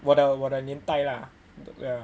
我的我的年代 lah